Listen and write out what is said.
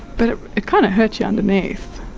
but it kind of hurts you underneath.